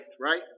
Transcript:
right